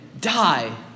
die